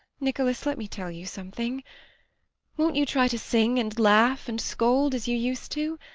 nicholas, let me tell you something won't you try to sing and laugh and scold as you used to?